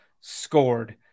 scored